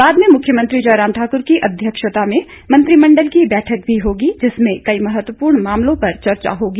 बाद में मुख्यमंत्री जयराम ठाक्र की अध्यक्षता में मंत्रिमंडल की बैठक भी होगी जिसमें कई महत्वपूर्ण मामलों पर चर्चा होगी